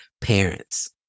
parents